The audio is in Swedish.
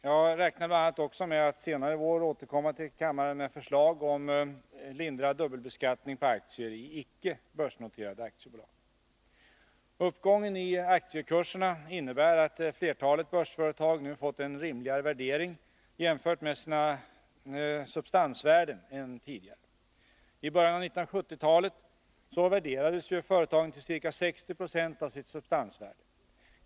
Jag räknar bl.a. med att senare i vår återkomma till kammaren med förslag om lindrad dubbelbeskattning på aktier i icke börsnoterade aktiebolag. Uppgången på aktiekurserna innebär att flertalet börsföretag nu har fått en i förhållande till substansvärdet rimligare värdering än tidigare. I början av 1970-talet värderades ju företagen till ca 60 96 av sitt substansvärde.